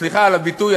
סליחה על הביטוי,